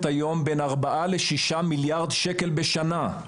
היום בין ארבעה לשישה מיליארד שקל בשנה.